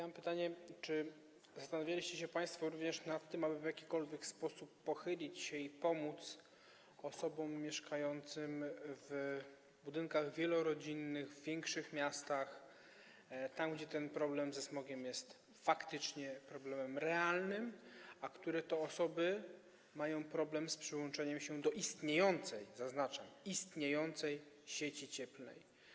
Mam pytanie, czy zastanawialiście się państwo również nad tym, aby w jakikolwiek sposób pochylić się nad osobami mieszkającymi w budynkach wielorodzinnych w większych miastach i pomóc im, bo tam problem ze smogiem jest problemem realnym, a które to osoby mają problem z przyłączeniem się do istniejącej, zaznaczam: istniejącej sieci cieplnej.